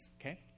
okay